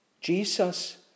Jesus